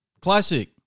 Classic